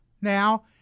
now